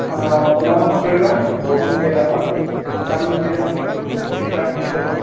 July মাহত বৰষুণ দিয়া টাইমত শুকান চিজনততো পুলিবিলাক মৰি যাব